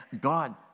God